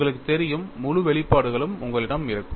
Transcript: உங்களுக்கு தெரியும் முழு வெளிப்பாடுகளும் உங்களிடம் இருக்கும்